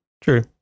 true